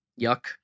yuck